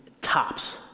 tops